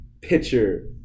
pitcher